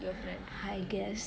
your friend